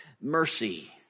mercy